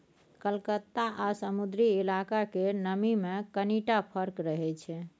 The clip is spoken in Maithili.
कलकत्ता आ समुद्री इलाका केर नमी मे कनिटा फर्क रहै छै